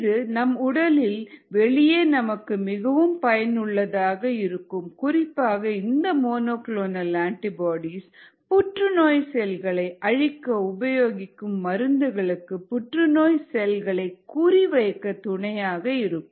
இது நம் உடலின் வெளியே நமக்கு மிகவும் பயனுள்ளதாக இருக்கும் குறிப்பாக இந்த மோனோ குளோனல் அண்டிபோடீஸ் புற்றுநோய் செல்களை அழிக்க உபயோகிக்கும் மருந்துகளுக்கு புற்றுநோய் செல்களை குறிவைக்க துணையாக இருக்கும்